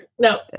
no